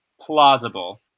plausible